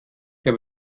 habe